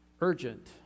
Urgent